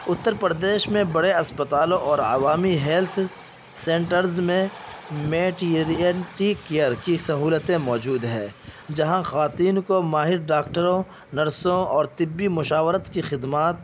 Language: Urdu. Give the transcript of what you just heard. اتر پردیش میں برے اسپتالوں اور عوامی ہیلتھ سنٹرز میں میٹیرینٹی کیئر کی سہولتیں موجود ہے جہاں خواتین کو ماہر ڈاکٹروں نرسوں اور طبی مشاورت کی خدمات